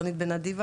רונית בן אדיבה,